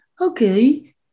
okay